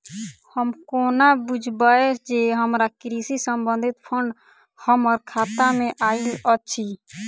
हम कोना बुझबै जे हमरा कृषि संबंधित फंड हम्मर खाता मे आइल अछि?